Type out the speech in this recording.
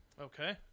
Okay